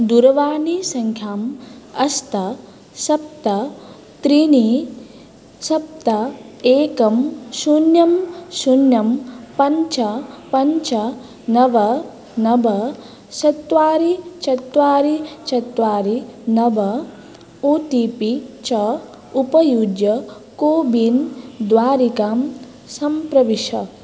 दूरवाणीसङ्खयाम् अष्ट सप्त त्रीणि सप्त एकं शून्यं शून्यं पञ्च पञ्च नव नव चत्वारि चत्वारि चत्वारि नव ओ टि पि च उपयुज्य कोबिन् द्वारिकां सम्प्रविश